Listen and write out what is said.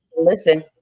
listen